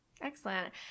Excellent